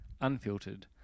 unfiltered